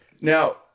Now